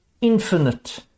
infinite